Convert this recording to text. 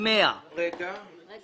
381 עד